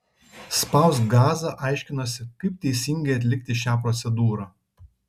spausk gazą aiškinosi kaip teisingai atlikti šią procedūrą